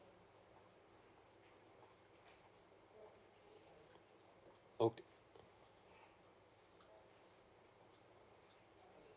okay